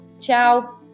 Ciao